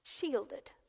shielded